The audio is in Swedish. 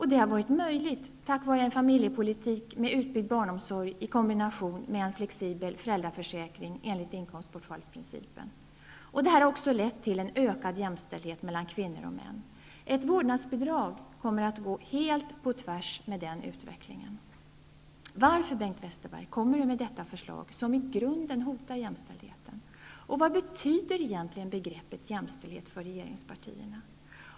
Det har varit möjligt tack vare en familjepolitik med utbyggd barnomsorg i kombination med en flexibel föräldraförsäkring enligt inkomstbortfallsprincipen. Detta har också lett till ökad jämställdhet mellan kvinnor och män. Ett vårdnadsbidrag kommer att gå helt på tvärs med den utvecklingen. Varför kommer Bengt Westerberg med detta förslag, som i grunden hotar jämställdheten? Vad betyder egentligen begreppet jämställdhet för regeringspartierna?